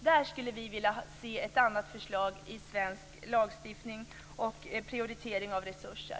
Här skulle vi vilja se ett annat förslag i svensk lagstiftning och en annan prioritering av resurser.